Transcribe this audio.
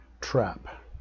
trap